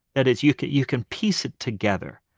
that is you can you can piece it together,